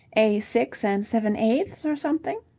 a six and seven-eighths, or something?